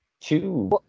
two